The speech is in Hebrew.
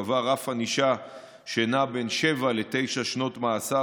קבע רף ענישה שנע בין שבע לתשע שנות מאסר